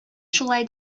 шулай